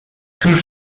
cóż